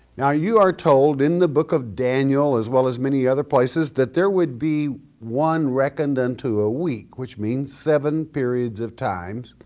now you're told in the book of daniel as well as many other places that there would be one reckoned unto ah week which means seven periods of times,